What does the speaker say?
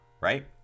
Right